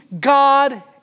God